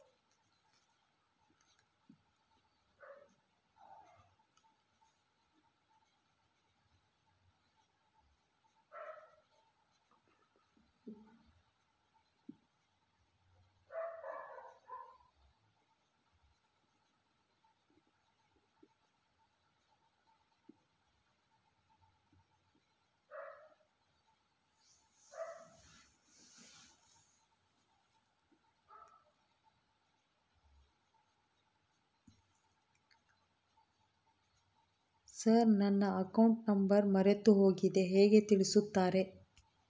Sir ನನ್ನ account number ಮರೆತುಹೋಗಿದೆ ಹೇಗೆ ತಿಳಿಸುತ್ತಾರೆ?